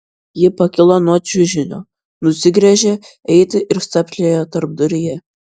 ji pakilo nuo čiužinio nusigręžė eiti ir stabtelėjo tarpduryje